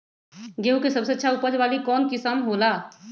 गेंहू के सबसे अच्छा उपज वाली कौन किस्म हो ला?